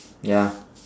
ya